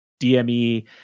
DME